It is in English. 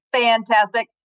fantastic